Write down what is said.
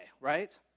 right